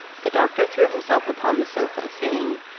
the doctor threw himself upon the sofa, saying,